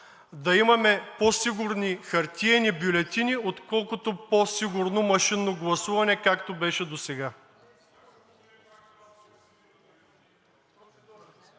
да имаме по-сигурни хартиени бюлетини, отколкото по-сигурно машинно гласуване, както беше досега.